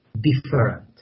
different